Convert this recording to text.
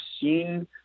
seen